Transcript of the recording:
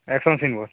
action film ବା